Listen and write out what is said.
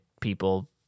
people